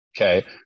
Okay